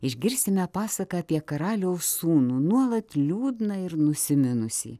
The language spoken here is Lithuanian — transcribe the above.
išgirsime pasaką apie karaliaus sūnų nuolat liūdną ir nusiminusį